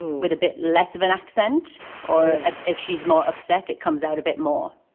with a bit less of an accent or ah if she's more upset, it comes out a bit more